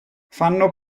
fanno